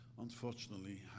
unfortunately